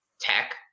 tech